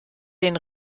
den